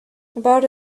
about